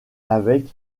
avec